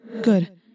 Good